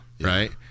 right